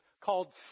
called